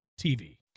TV